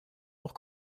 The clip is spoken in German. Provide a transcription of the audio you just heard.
auch